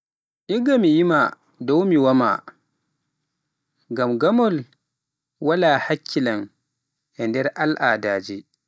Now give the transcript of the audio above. Igga mi yima ecdow mi wamaa, ngam gamol wala hakkilan e nder alaadaje.